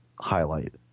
highlight